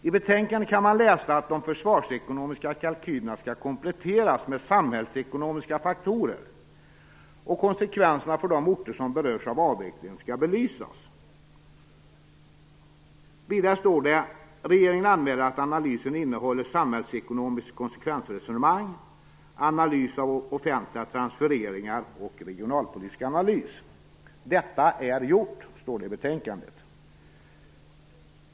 I betänkandet kan man läsa att de försvarsekonomiska kalkylerna skall kompletteras med samhällsekonomiska faktorer. Konsekvenserna för de orter som berörs av avveckling skall belysas. Vidare står det att regeringen anmäler att analysen innehåller samhällsekonomiskt konsekvensresonemang, analys av offentliga transfereringar och regionalpolitisk analys. Detta är gjort står det i betänkandet.